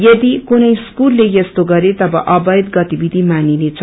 यदि कुनै स्कूलले यस्तो गरे तब अवैध गतिविधि मानिनेछ